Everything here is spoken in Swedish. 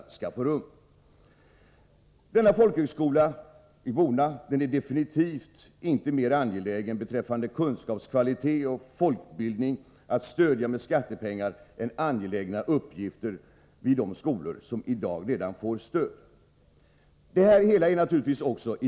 Beträffande folkbildningen och kvaliteten på kunskaperna är det absolut inte mera angeläget att med 123 skattepengar stödja folkhögskolan i Bona än det är att ta itu med viktiga uppgifter vid de skolor som redan får stöd. Ideologiskt är allt det här naturligtvis olustigt.